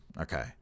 Okay